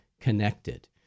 connected